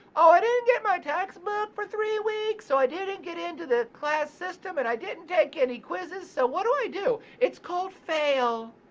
ah i didn't get my textbook for three weeks so i didn't get into the class system and i didn't get any quizzes. so what do i do? it's called fail.